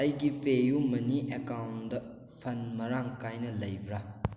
ꯑꯩꯒꯤ PayUmoney ꯑꯦꯀꯥꯎꯟꯗ ꯐꯟ ꯃꯔꯥꯡ ꯀꯥꯏꯅ ꯂꯩꯕ꯭ꯔꯥ